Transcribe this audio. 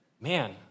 man